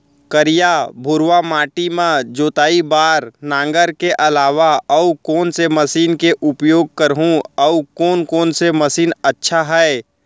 करिया, भुरवा माटी म जोताई बार नांगर के अलावा अऊ कोन से मशीन के उपयोग करहुं अऊ कोन कोन से मशीन अच्छा है?